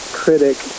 critic